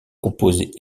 composé